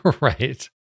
right